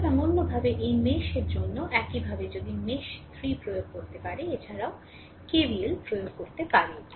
সুতরাং অন্যভাবে এই মেশ 3 এর জন্য একইভাবে যদি মেশ 3 প্রয়োগ করতে পারে এছাড়াও KVL প্রয়োগ করতে পারে